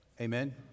Amen